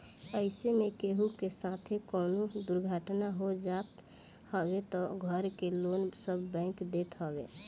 अइसे में केहू के साथे कवनो दुर्घटना हो जात हवे तअ घर के लोन सब बैंक देत हवे